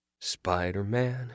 Spider-Man